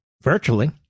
virtually